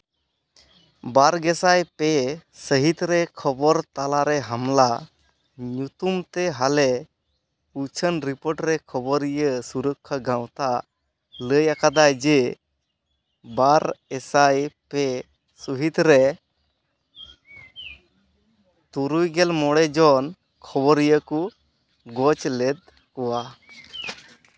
ᱵᱟᱨ ᱜᱮ ᱥᱟᱭ ᱯᱮ ᱥᱟᱹᱦᱤᱛ ᱨᱮ ᱠᱷᱚᱵᱚᱨ ᱛᱟᱞᱟ ᱨᱮ ᱦᱟᱢᱞᱟ ᱧᱩᱛᱩᱢᱛᱮ ᱦᱟᱞᱮ ᱩᱪᱷᱟᱹᱱ ᱨᱤᱯᱳᱨᱴ ᱨᱮ ᱠᱷᱚᱵᱚᱨᱤᱭᱟᱹ ᱥᱩᱨᱚᱠᱷᱟ ᱜᱟᱶᱛᱟ ᱞᱟᱹᱭ ᱟᱠᱟᱫᱟᱭ ᱡᱮ ᱵᱟᱨ ᱮᱥᱟᱭ ᱯᱮ ᱥᱩᱦᱤᱛ ᱨᱮ ᱛᱩᱨᱩᱭ ᱜᱮᱞ ᱢᱚᱬᱮ ᱡᱚᱱ ᱠᱷᱚᱵᱚᱨᱤᱭᱟᱹ ᱠᱚ ᱜᱚᱡᱽ ᱞᱮᱫ ᱠᱚᱣᱟ